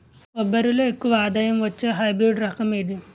కొబ్బరి లో ఎక్కువ ఆదాయం వచ్చే హైబ్రిడ్ రకం ఏది?